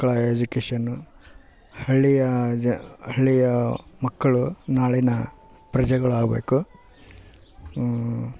ಮಕ್ಕಳ ಎಜುಕೇಷನು ಹಳ್ಳಿಯ ಜ ಹಳ್ಳಿಯ ಮಕ್ಕಳು ನಾಳಿನ ಪ್ರಜೆಗಳಾಗಬೇಕು